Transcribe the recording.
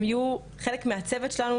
הם יהיו חלק מהצוות שלנו,